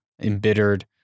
embittered